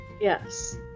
Yes